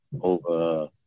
over